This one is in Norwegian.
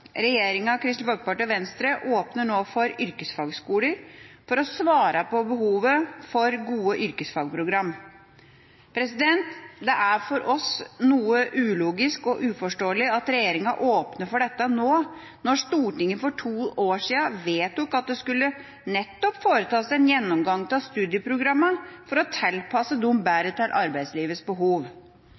Regjeringa, Kristelig Folkeparti og Venstre åpner nå for yrkesfagskoler for å svare på behovet for gode yrkesfagprogram. Det er for oss noe ulogisk og uforståelig at regjeringa åpner for dette nå, når Stortinget for to år siden vedtok at det nettopp skulle foretas en gjennomgang av studieprogrammene for å tilpasse dem bedre til arbeidslivets behov.